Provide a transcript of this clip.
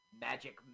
Magic